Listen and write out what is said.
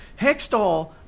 Hextall